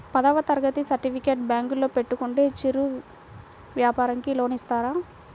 పదవ తరగతి సర్టిఫికేట్ బ్యాంకులో పెట్టుకుంటే చిరు వ్యాపారంకి లోన్ ఇస్తారా?